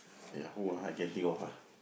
ya who ah I can think of ah